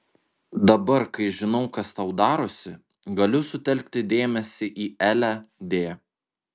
dabar kai žinau kas tau darosi galiu sutelkti dėmesį į elę d